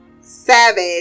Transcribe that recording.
savage